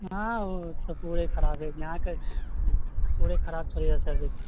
हँ ओ तऽ पूरे खराबे यहाँके पूरे खराब छै सर्विस